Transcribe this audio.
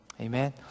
Amen